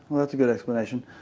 well that's a good explanation.